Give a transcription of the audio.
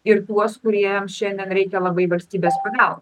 ir tuos kuriem šiandien reikia labai valstybės pagalbos